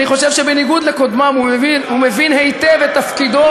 אני חושב שבניגוד לקודמיו הוא מבין היטב את תפקידו